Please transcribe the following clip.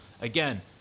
again